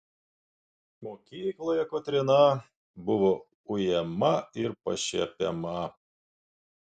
mokykloje kotryna buvo ujama ir pašiepiama